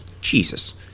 Jesus